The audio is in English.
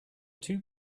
two